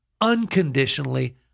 unconditionally